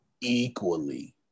equally